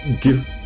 give